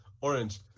Orange